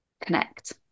connect